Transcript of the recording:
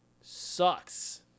sucks